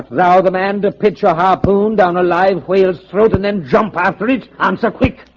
now the man to pitch a harpoon down alive whales throat and then jump after it. i'm so quick.